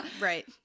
Right